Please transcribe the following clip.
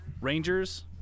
rangers